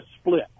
split